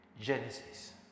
Genesis